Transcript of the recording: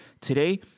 today